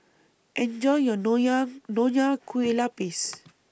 Enjoy your Nonya Nonya Kueh Lapis